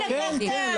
כליאה.